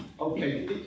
okay